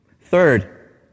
Third